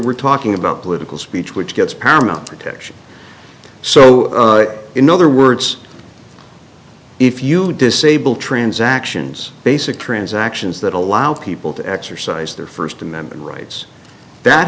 we're talking about political speech which gets paramount protection so in other words if you disable transactions basic transactions that allow people to exercise their first amendment rights that